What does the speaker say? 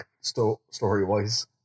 story-wise